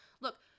look